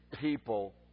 people